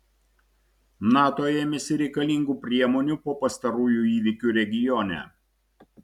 nato ėmėsi reikalingų priemonių po pastarųjų įvykių regione